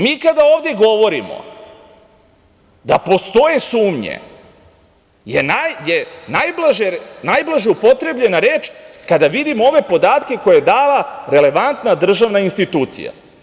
Mi kada ovde govorimo da postoje sumnje je najblaže upotrebljena reč kada vidimo ove podatke koje je dala relevantna državna institucija.